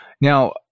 Now